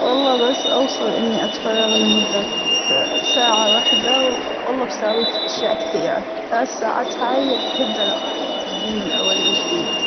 والله بس أوصل إنى أتفرغ لمدة ساعة واحدة والله بساوى أشياء كثيرة ، بالثلاث ساعات هاى بهد العالم وببنيه من أول وجديد ،